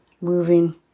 moving